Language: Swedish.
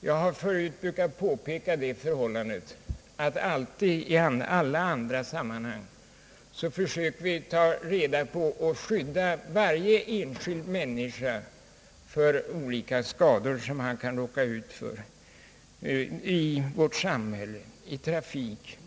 Jag har förut påpekat att vi i alla andra sammanhang alltid försöker att ta reda på och skydda varje enskild människa från olika skador som hon kan råka ut för i vårt samhälle; i trafiken och på andra håll.